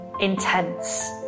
intense